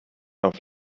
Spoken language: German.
auf